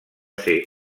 ser